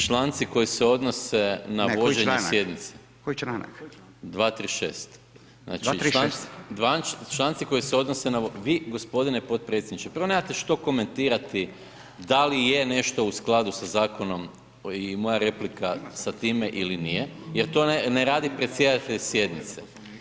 Članci koji se odnose na vođenje sjednice [[Upadica: Ne koji članak, koji članak?]] 236. znači članci koji se odnose na, vi gospodine potpredsjedniče prvo nemate što komentirati da li je nešto u skladu sa zakonom i moja replika sa time ili nije jer to ne radi predsjedatelj sjednice.